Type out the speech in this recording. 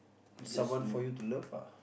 someone for you to love ah